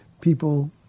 people